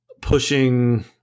pushing